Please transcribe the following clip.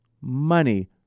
money